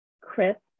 crisp